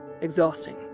exhausting